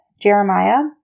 Jeremiah